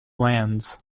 lands